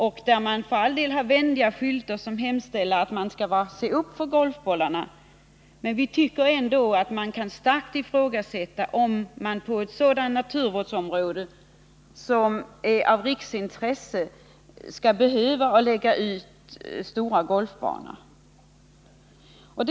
Man har för all del vänliga skyltar som hemställer att man skall se upp för golfbollarna, men vi tycker ändå att man starkt kan ifrågasätta om man skall behöva lägga ut stora golfbanor på ett naturvårdsområde som är av riksintresse.